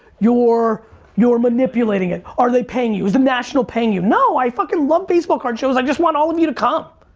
your your manipulating it. are they paying you? is the national paying you? no, i fucking love baseball card shows. i just want all of you to come.